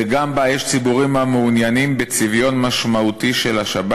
וגם בה יש ציבורים המעוניינים בצביון משמעותי של השבת"